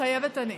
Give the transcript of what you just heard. מתחייבת אני.